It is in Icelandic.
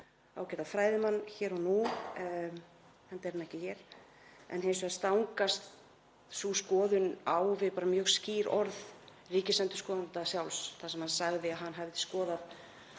ágæta fræðimann hér og nú, enda er hann ekki hér. En hins vegar stangast sú skoðun á við mjög skýr orð ríkisendurskoðanda sjálfs þar sem hann sagði að hann hefði skoðað